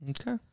Okay